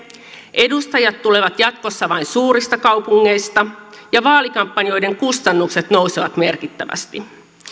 edustajat tulevat jatkossa vain suurista kaupungeista ja vaalikampanjoiden kustannukset nousevat merkittävästi